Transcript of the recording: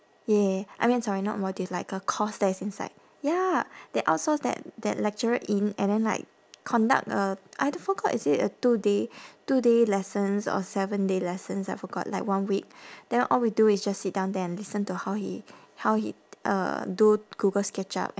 ya I mean sorry not module it's like a course that is inside ya they outsourced that that lecturer in and then like conduct a I forgot is it a two day two day lessons or seven day lessons I forgot like one week then all we do is just sit down there and listen to how he how he uh do google sketchup and